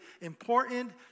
important